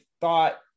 thought